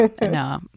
no